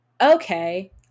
Okay